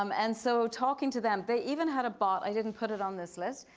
um and so talking to them, they even had a bot, i didn't put it on this list,